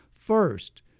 First